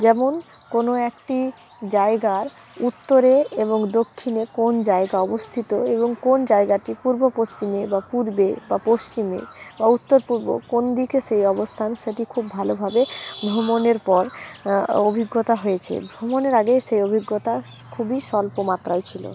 যেমন কোনো একটি জায়গার উত্তরে এবং দক্ষিণে কোন জায়গা অবস্থিত এবং কোন জায়গাটি পূর্ব পশ্চিমে বা পূর্বে বা পশ্চিমে বা উত্তর পূর্ব কোন দিকে সেই অবস্থান সেটি খুব ভালোভাবে ভ্রমণের পর অভিজ্ঞতা হয়েছে ভ্রমণের আগে সেই অভিজ্ঞতা খুবই স্বল্প মাত্রায় ছিল